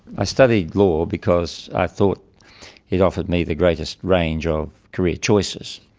i studied law because i thought it offered me the greatest range of career choices,